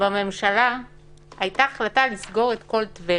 שבממשלה הייתה החלטה לסגור את כל טבריה.